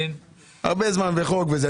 הרבה זמן וחוק וזה,